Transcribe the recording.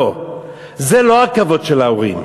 לא, זה לא הכבוד של ההורים.